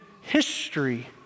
history